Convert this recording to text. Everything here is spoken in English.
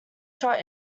shot